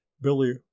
billy